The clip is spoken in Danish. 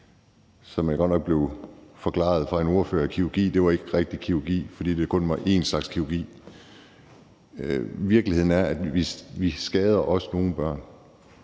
som jeg godt nok fik forklaret af en ordfører ikke var rigtig kirurgi, fordi der kun er én slags kirurgi. Virkeligheden er, at vi også skader nogle børn,